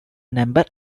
number